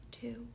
two